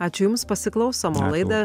ačiū jums pasiklausom o laidą